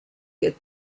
get